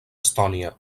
estònia